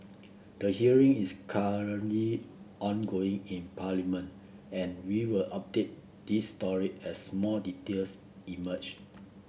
the hearing is currently ongoing in Parliament and we will update this story as more details emerge